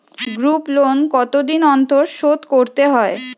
Group loan কতদিন অন্তর শোধকরতে হয়?